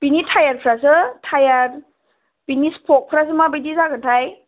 बेनि थायेरफ्रासो थायार बिनि स्फकफ्रासो माबायदि जागोनथाय